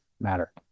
matter